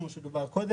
כמו שדובר קודם,